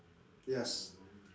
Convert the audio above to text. yes